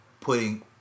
putting